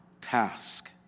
task